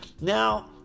now